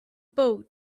boat